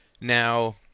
Now